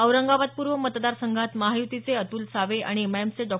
औरंगाबाद पूर्व मतदार संघात महायुतीचे अतुल सावे आणि एमआयएमचे डॉ